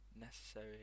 necessary